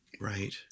Right